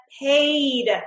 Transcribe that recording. paid